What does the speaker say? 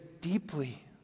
deeply